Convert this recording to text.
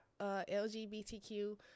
LGBTQ